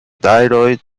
thyroid